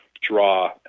draw